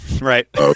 right